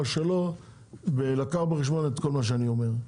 שלו ולקחת בחשבון את כל מה שאני אומר.